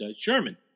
Sherman